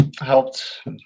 helped